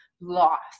lost